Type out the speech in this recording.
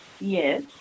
Yes